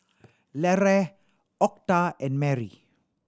Larae Octa and Merry